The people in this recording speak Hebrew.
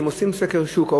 כשהם עושים סקר שוק,